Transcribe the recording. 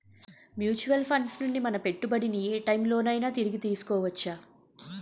Mutual funds నుండి మన పెట్టుబడిని ఏ టైం లోనైనా తిరిగి తీసుకోవచ్చా?